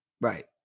right